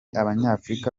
abanyafurika